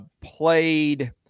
Played